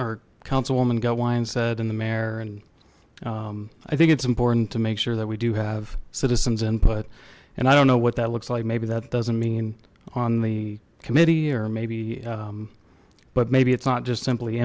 our councilwoman got wine said in the mayor and i think it's important to make sure that we do have citizens input and i don't know what that looks like maybe that doesn't mean on the committee or maybe but maybe it's not just simply